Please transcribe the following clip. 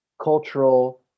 cultural